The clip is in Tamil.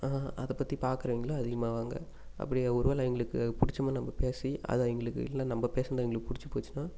அதைப் பற்றி பாக்குறவங்களும் அதிகமாகுவாங்க அப்படி ஒரு வேளை அவங்களுக்கு பிடிச்ச மாதிரி நம்ம பேசி அதை அவங்களுக்கு இல்லைன்னா நம்ம பேசுகிறது அவங்களுக்கு பிடிச்சி போச்சுன்னா